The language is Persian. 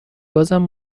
بازم